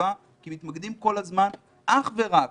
בחשיבה כי מתמקדים כל הזמן אך ורק